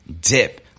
dip